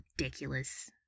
ridiculous